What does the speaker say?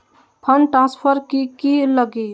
Fund transfer कि की लगी?